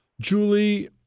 Julie